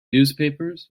newspapers